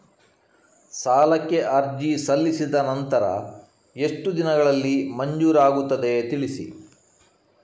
ಸಾಲಕ್ಕೆ ಅರ್ಜಿ ಸಲ್ಲಿಸಿದ ನಂತರ ಎಷ್ಟು ದಿನಗಳಲ್ಲಿ ಮಂಜೂರಾಗುತ್ತದೆ ತಿಳಿಸಿ?